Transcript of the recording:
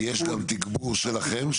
יש גם תגבור שלכם?